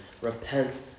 Repent